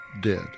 dead